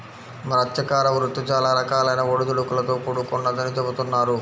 మత్స్యకార వృత్తి చాలా రకాలైన ఒడిదుడుకులతో కూడుకొన్నదని చెబుతున్నారు